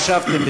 ישבתם,